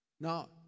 Now